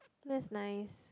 that's nice